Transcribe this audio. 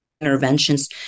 interventions